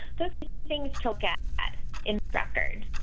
those things took at at in record.